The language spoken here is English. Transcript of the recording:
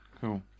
Cool